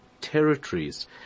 Territories